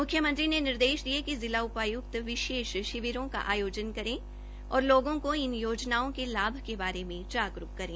मुख्यमंत्री ने निर्देश दिए कि जिला उपायुक्त विशेष शिविरों का आयोजन करें और लोगों को इन योजनाओं के लाभ के बारे में जागरूक करें